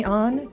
on